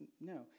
No